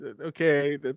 okay